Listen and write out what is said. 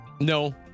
No